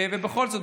בכל זאת,